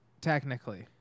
technically